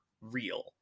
real